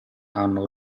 hanno